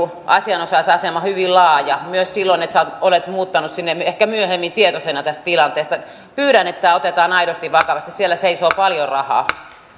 asianosaisen asema hyvin laaja myös silloin jos sinä olet muuttanut sinne ehkä myöhemmin tietoisena tästä tilanteesta pyydän että tämä otetaan aidosti vakavasti siellä seisoo paljon rahaa